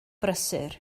brysur